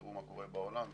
תראו מה קורה בעולם וכולי,